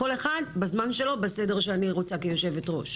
כל אחד בזמן שלו בסדר שאני רוצה כיושבת-ראש.